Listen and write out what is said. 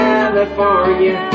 California